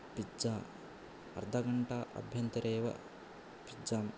pizza अर्ध घण्टा आभ्यन्तरे एव पिज्जां